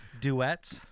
duet